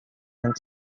and